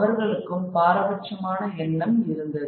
அவர்களுக்கும் பாரபட்சமான எண்ணம் இருந்தது